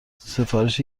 سفارش